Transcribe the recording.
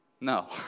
No